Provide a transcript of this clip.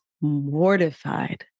mortified